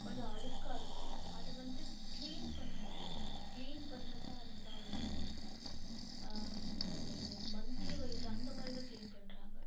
கொஞ்சம் அழுக்காக இருக்கும் அதை வந்து கிளீன் பண்ண மாட்டாங்க கிளீன் பண்றதாக இருந்தாலும் என்ன சொல்கிறது மந்த்லி வைஸ் அந்த மாதிரி தான் கிளீன் பண்ணுறாங்க